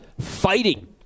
fighting